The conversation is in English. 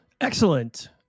Excellent